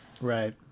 Right